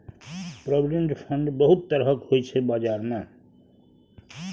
provident fund बहुत तरहक होइ छै बजार मे